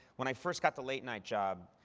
when i first got the late night job,